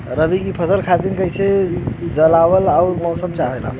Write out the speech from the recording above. रबी क फसल खातिर कइसन जलवाय अउर मौसम चाहेला?